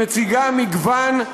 שמציגה מגוון,